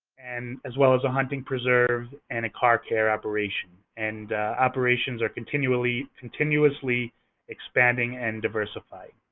and as well as a hunting preserve and a car care operation. and operations are continuously continuously expanding and diversifying.